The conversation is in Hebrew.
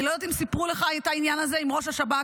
אני לא יודע אם סיפרו לך את העניין הזה עם ראש השב"כ,